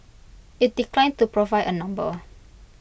IT declined to provide A number